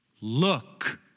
look